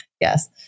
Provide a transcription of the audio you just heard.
yes